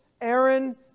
Aaron